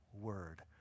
word